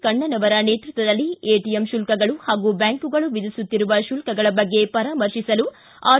ಕಣ್ಣನ್ ಅವರ ನೇತೃತ್ವದಲ್ಲಿ ಎಟಿಎಮ್ ಶುಲ್ಕಗಳು ಹಾಗೂ ಬ್ಯಾಂಕುಗಳು ವಿಧಿಸುತ್ತಿರುವ ಶುಲ್ಕಗಳ ಬಗ್ಗೆ ಪರಾಮರ್ಶಿಸಲು ಆರ್